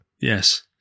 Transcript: Yes